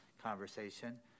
conversation